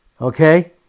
Okay